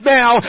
now